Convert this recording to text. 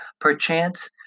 perchance